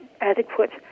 adequate